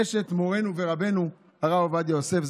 אשת מורנו ורבנו הרב עובדיה יוסף,